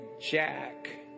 Jack